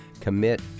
commit